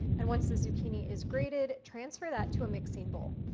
and once the zucchini is grated, transfer that to a mixing bowl.